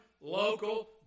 local